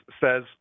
says